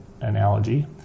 analogy